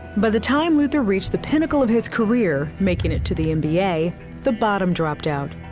by the time luther reached the pentacle of his career, making it to the and nba, the bottom dropped out.